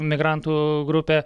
migrantų grupę